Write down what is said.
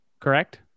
Correct